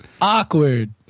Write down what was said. awkward